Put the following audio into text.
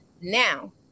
Now